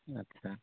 আচ্ছা